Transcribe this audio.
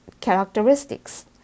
characteristics